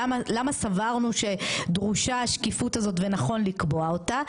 למה סברנו שדרושה השקיפות הזאת ונכון לקבוע אותה?